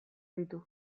ditu